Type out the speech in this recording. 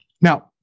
Now